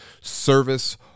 Service